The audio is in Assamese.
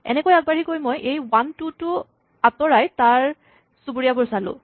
এনেকৈ আগবাঢ়ি গৈ মই এই ৱান টু টো আতঁৰাই তাৰ চুবুৰীয়াবোৰ চালো